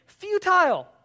futile